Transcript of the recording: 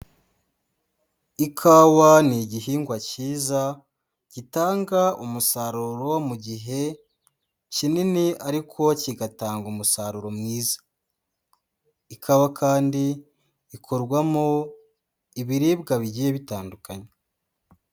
Ikawa ni igihingwa cyiza gitanga umusaruro mu gihe kinini ariko kigatanga umusaruro mwiza, ikawa kandi ikorwamo ibiribwa bigiye bitandukanye.